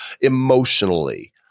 emotionally